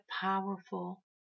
powerful